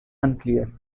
unclear